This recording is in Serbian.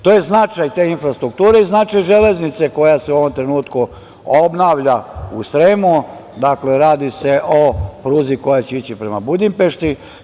To je značaj te infrastrukture i značaj železnice koja su u ovom trenutku obnavlja u Sremu, dakle, radi se o pruzi koja će ići prema Budimpešti.